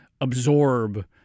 absorb